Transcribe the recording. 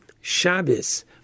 Shabbos